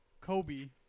Kobe